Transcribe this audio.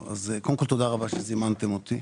קודם כל, תודה רבה על שזימנתם אותי.